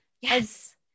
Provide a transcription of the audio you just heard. yes